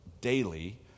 daily